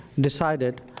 decided